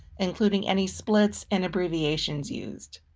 including any splits and abbreviations used.